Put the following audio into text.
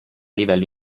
livello